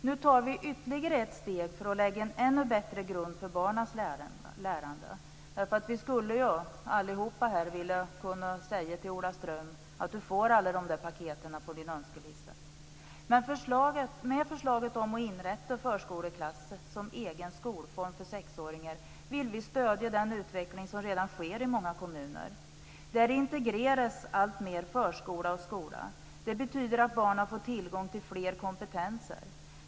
Nu tar vi ytterligare ett steg för att lägga en ännu bättre grund för barnens lärande. Vi skulle ju alla här vilja säga till Ola Ström att han får alla paket som han har på sin önskelista. Med förslaget om att inrätta förskoleklass som en egen skolform för sexåringar vill vi stödja den utveckling som redan sker i många kommuner. Där integreras alltmer förskola och skola. Det betyder att barnen får tillgång till fler kompetenser.